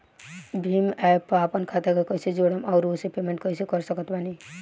Bhim app पर आपन खाता के कईसे जोड़म आउर ओसे पेमेंट कईसे कर सकत बानी?